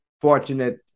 fortunate